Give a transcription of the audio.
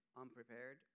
unprepared